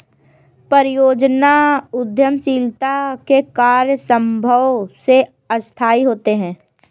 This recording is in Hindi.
परियोजना उद्यमशीलता के कार्य स्वभाव से अस्थायी होते हैं